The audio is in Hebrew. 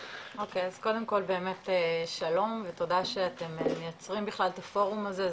קודם כל באמת שלוום ותודה שאתם מייצרים בכלל את הפורום הזה,